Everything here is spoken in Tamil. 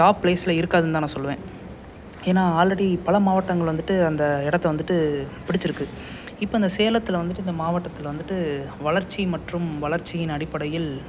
டாப் ப்ளேஸில் இருக்காதுன்னுதான் நான் சொல்லுவேன் ஏன்னால் ஆல்ரெடி பல மாவட்டங்கள் வந்துட்டு அந்த இடத்த வந்துட்டு பிடித்திருக்கு இப்போ இந்த சேலத்தில் வந்துட்டு இந்த மாவட்டத்தில் வந்துட்டு வளர்ச்சி மற்றும் வளர்ச்சியின் அடிப்படையில்